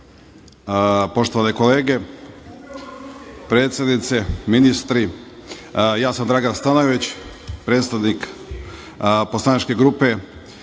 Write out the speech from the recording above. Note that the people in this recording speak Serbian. Poštovane kolege, predsednice, ministri, ja sam Dragan Stanojević, predstavnik poslaničke grupe